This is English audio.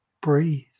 breathe